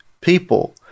people